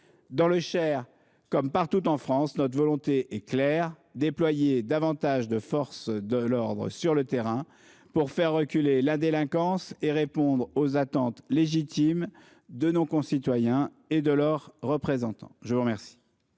Dans le Cher, comme partout en France, notre volonté est claire : déployer davantage de forces de l'ordre sur le terrain pour faire reculer la délinquance et répondre aux attentes légitimes de nos concitoyens et de leurs représentants. La parole